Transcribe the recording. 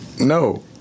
No